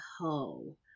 ho